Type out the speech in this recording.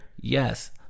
Yes